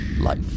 life